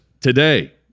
today